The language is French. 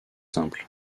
simple